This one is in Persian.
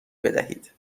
بدهید